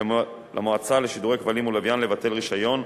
למועצה לשידורי כבלים ולוויין לבטל רשיון,